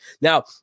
Now